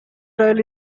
triad